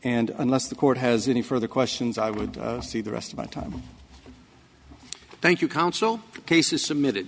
and unless the court has any further questions i would see the rest of my time thank you counsel cases submitted